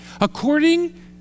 according